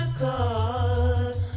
cause